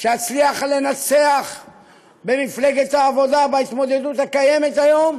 שאצליח לנצח במפלגת העבודה בהתמודדות הקיימת היום,